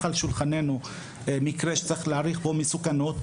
על שולחננו מקרה שצריך להעריך בו מסוכנות,